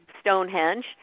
Stonehenge